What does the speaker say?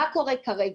מה קורה כרגע?